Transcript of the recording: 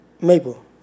Maple